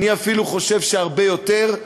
אני אפילו חושב שהרבה יותר,